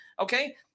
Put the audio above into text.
okay